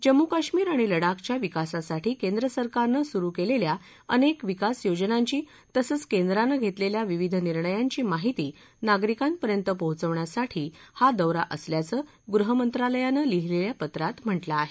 जम्मू काश्मीर आणि लडाखच्या विकासासाठी केंद्र सरकारनं सुरू केलेल्या अनेक विकासयोजनांची तसंच केंद्रानं घेतलेल्या विविध निर्णयांची माहिती नागरिकांपर्यत पोचवण्यासाठी हा दौरा असल्याचं गृहमंत्रालयानं लिहिलेल्या पत्रात म्हटलं आहे